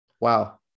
Wow